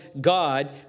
God